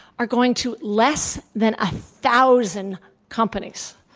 are going to less than a thousand companies.